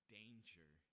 danger